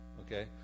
Okay